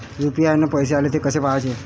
UPI न पैसे आले, थे कसे पाहाचे?